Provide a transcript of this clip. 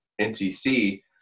NTC